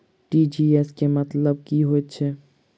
TGS केँ मतलब की हएत छै?